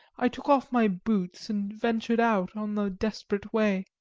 i took off my boots, and ventured out on the desperate way.